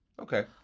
Okay